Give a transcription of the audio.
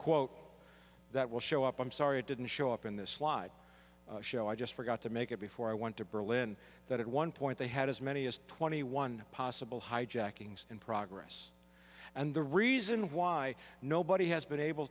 quote that will show up i'm sorry it didn't show up in the slide show i just forgot to make it before i went to berlin that it one point they had as many as twenty one possible hijackings in progress and the reason why nobody has been able